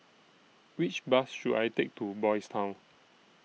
Which Bus should I Take to Boys' Town